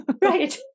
right